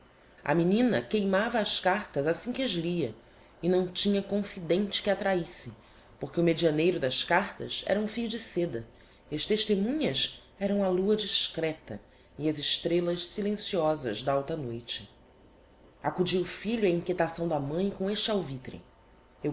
a menina queimava as cartas assim que as lia e não tinha confidente que a trahisse porque o medianeiro das cartas era um fio de sêda e as testemunhas eram a lua discreta e as estrellas silenciosas da alta noite acudiu o filho á inquietação da mãi com este alvitre